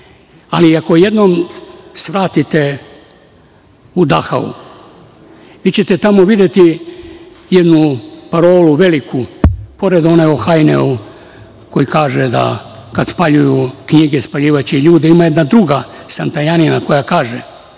Ali, ako jednom svratite u Dahau, vi ćete tamo videti jednu veliku parolu pored one Ohajine, koja kaže da "Kada spaljuju knjige, spaljivaće i ljude". Ima jedna druga Santajanina koja kaže,